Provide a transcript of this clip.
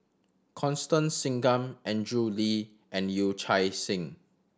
Constance Singam Andrew Lee and Yee Chia Hsing